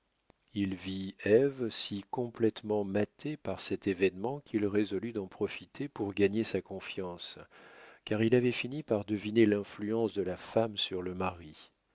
il vit ève si complétement matée par cet événement qu'il résolut d'en profiter pour gagner sa confiance car il avait fini par deviner l'influence de la femme sur le mari